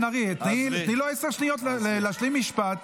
חברת הכנסת בן ארי, תני לו עשר שניות להשלים משפט.